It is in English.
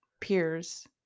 peers